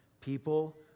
People